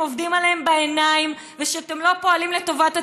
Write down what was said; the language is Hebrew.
עובדים עליהם בעיניים ושאתם לא פועלים לטובת הציבור,